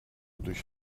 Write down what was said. durch